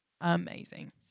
amazing